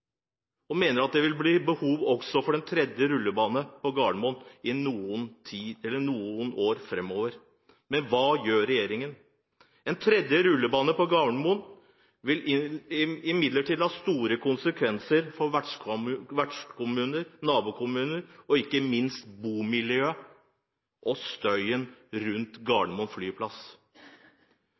Man mener at det også vil bli behov for en tredje rullebane på Gardermoen om noen år. Men hva gjør regjeringen? En tredje rullebane på Gardermoen vil imidlertid ha store konsekvenser for vertskommunen og nabokommuner og ikke minst for bomiljøet og støyen rundt Gardermoen flyplass.